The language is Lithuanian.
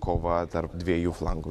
kova tarp dviejų flangų